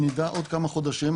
נדע עוד כמה חודשים.